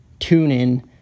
TuneIn